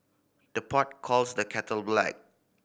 the pot calls the kettle black